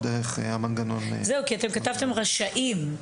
דרך המנגנון --- אתם כתבתם: "רשאים".